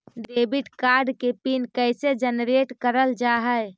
Debit card के PIN कैसे generate करल जाहै?